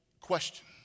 question